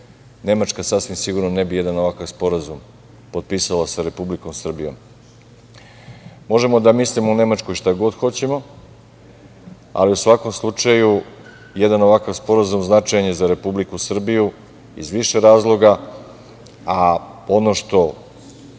Nemačka sasvim sigurno ne bi jedan ovakav sporazum potpisala sa Republikom Srbijom. Možemo da mislimo o Nemačkoj šta god hoćemo, ali u svakom slučaju jedan ovakav sporazum značajan je za Republiku Srbiju iz više razloga, a ono što